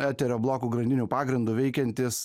eterio blokų grandinių pagrindu veikiantys